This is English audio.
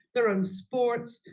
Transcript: their own sports,